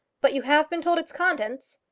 but you have been told its contents?